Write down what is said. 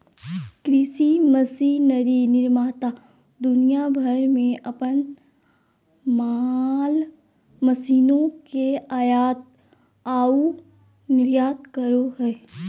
कृषि मशीनरी निर्माता दुनिया भर में अपन माल मशीनों के आयात आऊ निर्यात करो हइ